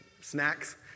snacks